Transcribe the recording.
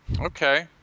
Okay